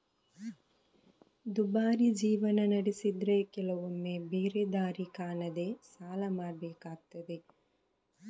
ದುಬಾರಿ ಜೀವನ ನಡೆಸಿದ್ರೆ ಕೆಲವೊಮ್ಮೆ ಬೇರೆ ದಾರಿ ಕಾಣದೇ ಸಾಲ ಮಾಡ್ಬೇಕಾಗ್ತದೆ